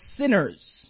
sinners